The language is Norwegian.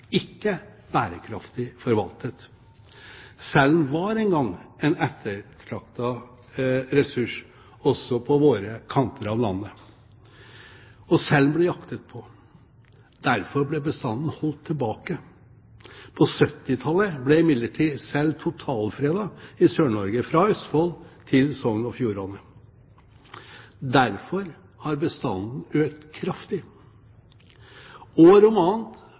ikke bærekraftig forvaltet. Selen var en gang en ettertraktet ressurs, også på våre kanter av landet. Selen ble jaktet på, og derfor ble bestanden holdt tilbake. På 1970-tallet ble imidlertid selen totalfredet i Sør-Norge, fra Østfold til Sogn og Fjordane. Derfor har bestanden økt kraftig. År om